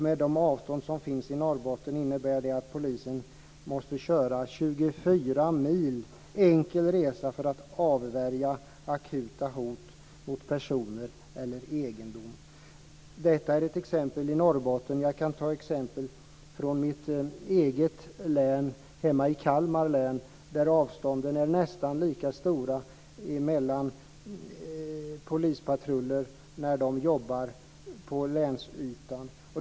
Med de avstånd som finns i Norrbotten innebär det att polisen måste köra 24 mil enkel resa för att avvärja akuta hot mot personer eller egendom. Det är ett exempel i Norrbotten. Det finns också exempel från mitt eget län, Kalmar län, där avstånden är nästa lika stora mellan polispatruller när de jobbar på länsytan.